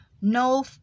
no